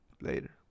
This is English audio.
Later